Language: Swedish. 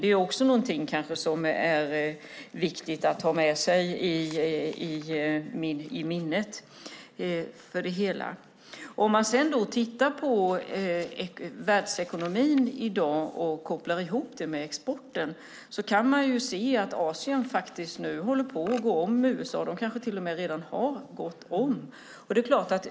Det är också viktigt att ha i minnet. Låt oss koppla ihop exporten och världsekonomin. Då kan vi se att Asien håller på att gå om USA, kanske till och med redan har gått om USA.